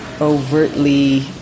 overtly